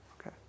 Okay